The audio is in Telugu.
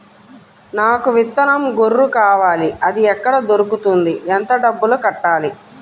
నాకు విత్తనం గొర్రు కావాలి? అది ఎక్కడ దొరుకుతుంది? ఎంత డబ్బులు కట్టాలి?